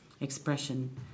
expression